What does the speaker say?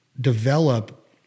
develop